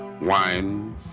wine